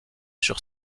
sur